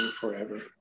forever